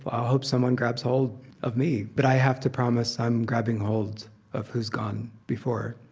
i'll hope someone grabs hold of me. but i have to promise i'm grabbing hold of who's gone before.